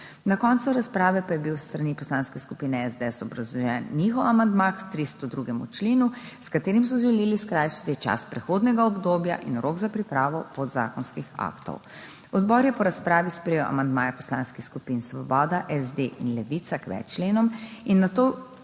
Na koncu razprave pa je bil s strani Poslanske skupine SDS obrazložen njihov amandma k 302. členu, s katerim so želeli skrajšati čas prehodnega obdobja in rok za pripravo podzakonskih aktov. Odbor je po razpravi sprejel amandmaje poslanskih skupin Svoboda, SD in Levica k več členom in nato